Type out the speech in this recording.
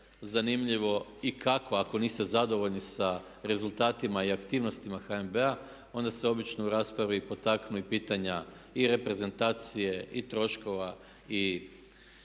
zanimljivo i kako ako niste zadovoljni sa rezultatima i aktivnostima HNB-a onda se obično u raspravi potaknu i pitanja i reprezentacije i troškova i